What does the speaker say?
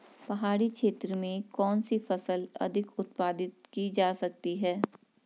पहाड़ी क्षेत्र में कौन सी फसल अधिक उत्पादित की जा सकती है?